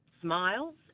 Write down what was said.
smiles